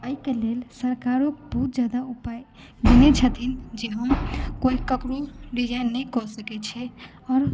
एहिके लेल सरकारोंकेँ बहुत जादा उपाय कयने छथिन जे हम कोई ककरो डिजाइन नहि कऽ सकै छथि आओर